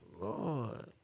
Lord